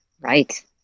Right